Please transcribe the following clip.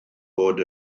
bod